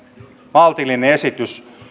maltillinen esitys